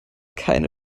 keine